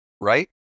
Right